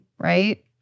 Right